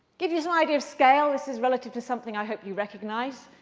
give you an idea of scale, this is relative to something i hope you recognize.